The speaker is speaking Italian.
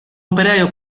operaio